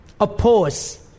oppose